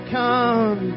come